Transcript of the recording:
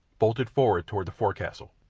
bolted forward toward the forecastle.